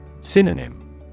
Synonym